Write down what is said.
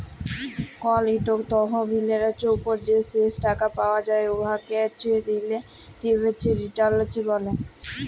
call ইকট তহবিলের উপর যে শেষ টাকা পাউয়া যায় উয়াকে রিলেটিভ রিটার্ল ব্যলে